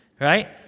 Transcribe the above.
Right